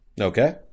Okay